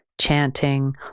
Chanting